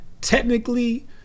Technically